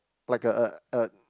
like uh uh uh